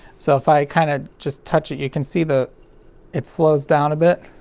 so if i kinda just touch it you can see the it slows down a bit.